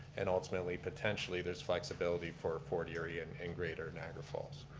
and ultimately potentially there's flexibility for fort erie and and greater niagara falls.